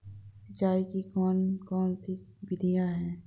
सिंचाई की कौन कौन सी विधियां हैं?